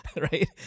right